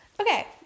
Okay